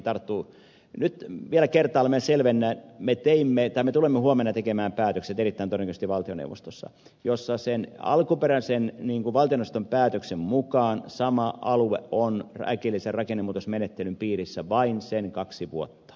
nyt vielä kertaalleen minä selvennän että me tulemme huomenna tekemään päätökset erittäin todennäköisesti valtioneuvostossa jolloin sen alkuperäisen valtioneuvoston päätöksen mukaan sama alue on äkillisen rakennemuutosmenettelyn piirissä vain kaksi vuotta